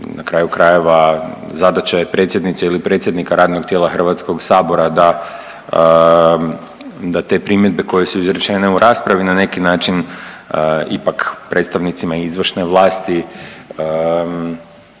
na kraju krajeva zadaća je predsjednice ili predsjednika radnog tijela Hrvatskog sabora da te primjedbe koje su izrečene u raspravi na neki način ipak predstavnicima izvršne vlasti